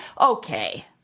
okay